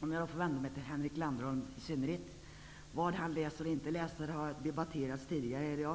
Vad Henrik Landerholm läser och inte läser har debatterats här i dag.